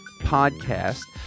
podcast